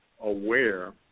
aware